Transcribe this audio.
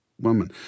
woman